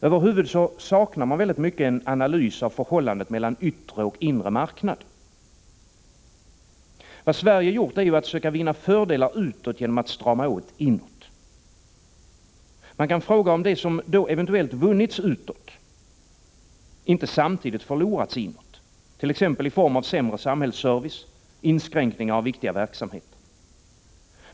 Över huvud taget saknar man en analys av förhållandet mellan yttre och inre marknad. Vad Sverige gjort är ju att söka vinna fördelar utåt genom att strama åt inåt. Man kan fråga om det som då eventuellt har vunnits utåt inte samtidigt förlorats inåt, t.ex. i form av sämre samhällsservice och inskränkningar i viktiga verksamheter.